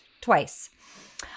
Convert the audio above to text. twice